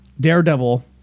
Daredevil